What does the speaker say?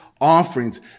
offerings